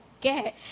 get